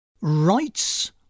Rights